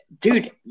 dude